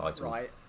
right